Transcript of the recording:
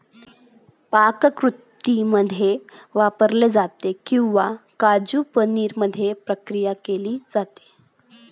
पाककृतींमध्ये वापरले जाते किंवा काजू पनीर मध्ये प्रक्रिया केली जाते